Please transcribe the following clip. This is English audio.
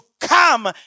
come